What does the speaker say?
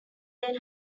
then